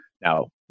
Now